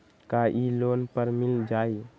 का इ लोन पर मिल जाइ?